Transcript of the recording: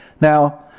Now